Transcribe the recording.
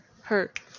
hurt